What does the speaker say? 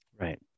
Right